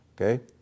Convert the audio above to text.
Okay